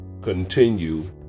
continue